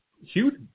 huge